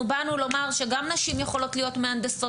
אנחנו באנו לומר שגם נשים יכולות להיות מהנדסות